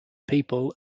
people